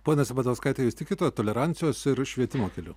pone sabatauskaite jūs tikite tolerancijos ir švietimo keliu